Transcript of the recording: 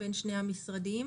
זה מנגנון שבמשרד המשפטים